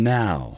now